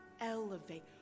elevate